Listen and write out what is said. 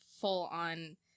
full-on